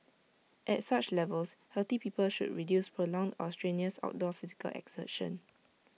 at such levels healthy people should reduce prolonged or strenuous outdoor physical exertion